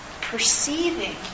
perceiving